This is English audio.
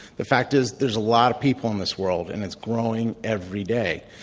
the fact is, there's a lot of people in this world, and it's growing every day.